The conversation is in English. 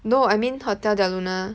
no I mean Hotel Del Luna